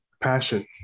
Passion